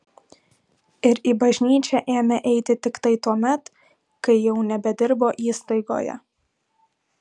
ir į bažnyčią ėmė eiti tiktai tuomet kai jau nebedirbo įstaigoje